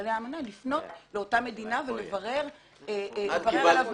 כללי האמנה לפנות לאותה מדינה ולברר עליו מידע.